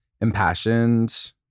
impassioned